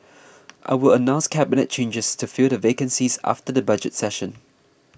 I will announce cabinet changes to fill the vacancies after the budget session